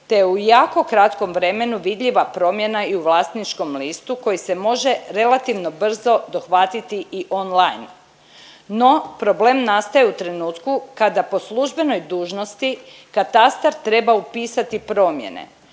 je u jako kratkom vremenu vidljiva promjena i u vlasničkom listu koji se može relativno brzo dohvatiti i online, no problem nastaje u trenutku kada po službenoj dužnosti katastar treba upisati promjene,